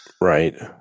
Right